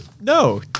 No